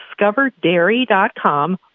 discoverdairy.com